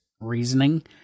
reasoning